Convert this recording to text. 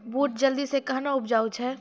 बूट जल्दी से कहना उपजाऊ छ?